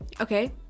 Okay